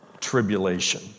tribulation